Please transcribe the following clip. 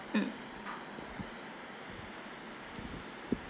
mm